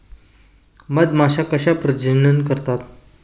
मधमाश्या कशा प्रजनन करतात?